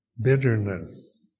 bitterness